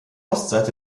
ostseite